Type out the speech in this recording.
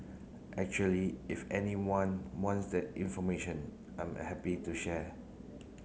actually if anyone wants that information I'm happy to share